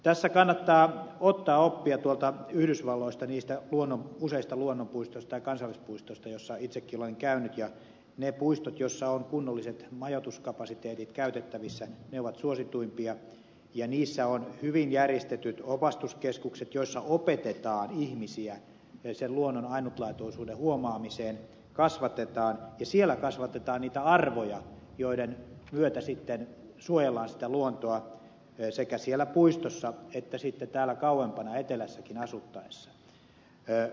tässä kannattaa ottaa oppia yhdysvalloista niistä useista luonnonpuistoista ja kansallispuistoista joissa itsekin olen käynyt ja ne puistot joissa on kunnolliset majoituskapasiteetit käytettävissä ovat suosituimpia ja niissä on hyvin järjestetyt opastuskeskukset joissa opetetaan ihmisiä luonnon ainutlaatuisuuden huomaamiseen kasvatetaan ja siellä kasvatetaan niitä arvoja joiden myötä suojellaan luontoa sekä siellä puistossa että sitten täällä kauempana etelässäkin asuttaessa